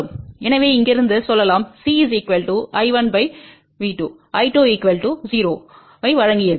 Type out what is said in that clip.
எனவே இங்கிருந்து சொல்லலாம் CI1V2I2 0 ஐவழங்கியது